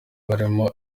barimo